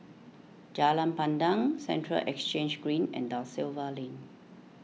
Jalan Pandan Central Exchange Green and Da Silva Lane